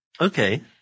Okay